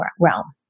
realm